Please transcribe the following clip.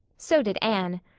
so did anne.